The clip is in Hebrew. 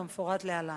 כמפורט להלן: